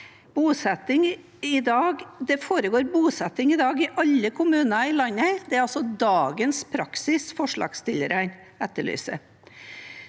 Det foregår i dag bosetting i alle kommuner i landet. Det er altså dagens praksis forslagsstillerne etterlyser.